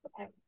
Okay